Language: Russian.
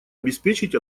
обеспечить